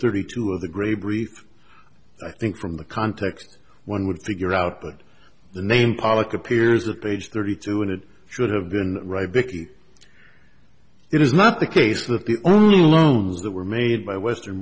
thirty two of the grey brief i think from the context one would figure out that the name pollock appears a page thirty two and it should have been right vickie it is not the case that the only loans that were made by western